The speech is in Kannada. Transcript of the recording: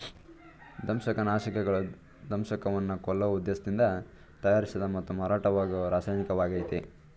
ದಂಶಕನಾಶಕಗಳು ದಂಶಕವನ್ನ ಕೊಲ್ಲೋ ಉದ್ದೇಶ್ದಿಂದ ತಯಾರಿಸಿದ ಮತ್ತು ಮಾರಾಟವಾಗೋ ರಾಸಾಯನಿಕವಾಗಯ್ತೆ